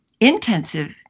Intensive